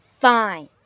fine